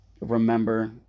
Remember